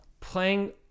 playing